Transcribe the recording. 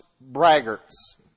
braggarts